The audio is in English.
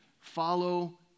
follow